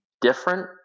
different